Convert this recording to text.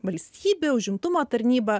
valstybė užimtumo tarnyba